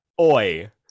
Oi